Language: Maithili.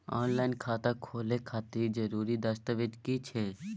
ऑनलाइन खाता खोले खातिर जरुरी दस्तावेज की सब छै?